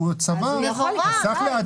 הוא צבר וחסך לעצמו.